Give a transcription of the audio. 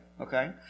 Okay